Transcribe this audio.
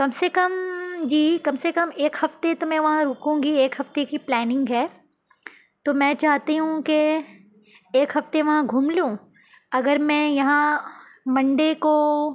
کم سے کم جی کم سے کم ایک ہفتے تو میں وہاں رکوں گی ایک ہفتے کی پلاننگ ہے تو میں چاہتی ہوں کہ ایک ہفتے وہاں گھوم لوں اگر میں یہاں منڈے کو